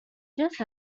just